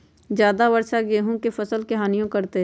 ज्यादा वर्षा गेंहू के फसल के हानियों करतै?